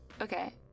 Okay